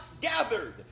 gathered